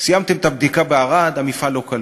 סיימתם את הבדיקה בערד, המפעל לא כלכלי.